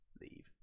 leave